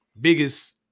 biggest